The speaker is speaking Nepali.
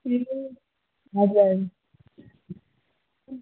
ए हजुर